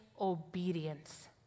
obedience